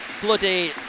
bloody